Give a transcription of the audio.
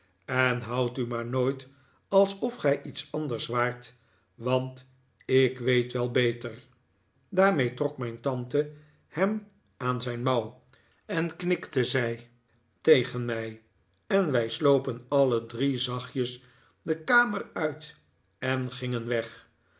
en houd u maar nooit alsof gij iets anders waart want ik weet wel beter daarmee trok mijn tante hem aan zijn mouw en knikte zij tegen mij en wij slopen alle drie zachtjes de kamer uit en gingen weg